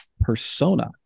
persona